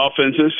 offenses